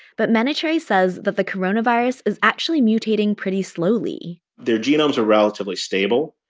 but menachery says that the coronavirus is actually mutating pretty slowly their genomes are relatively stable.